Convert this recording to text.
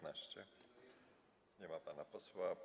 Nie ma pana posła.